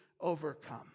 overcome